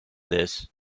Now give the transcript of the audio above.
this